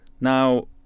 Now